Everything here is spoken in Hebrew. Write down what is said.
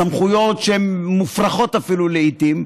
סמכויות שהן אפילו מופרכות לעיתים,